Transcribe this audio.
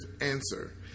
answer